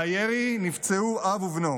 מהירי נפצעו אב ובנו.